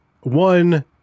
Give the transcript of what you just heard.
one